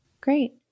Great